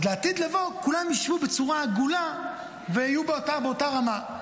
אז לעתיד לבוא כולם ישבו בצורה עגולה ויהיו באותה רמה.